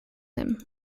him